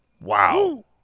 Wow